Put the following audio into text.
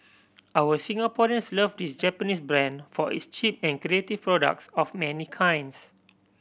our Singaporeans love this Japanese brand for its cheap and creative products of many kinds